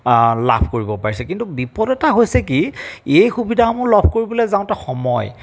লাভ কৰিব পাৰিছে কিন্তু বিপদ এটা হৈছে কি এই সুবিধাসমূহ লাভ কৰিবলৈ যাওঁতে সময়